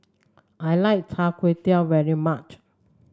I like Char Kway Teow very much